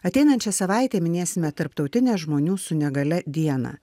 ateinančią savaitę minėsime tarptautinę žmonių su negalia dieną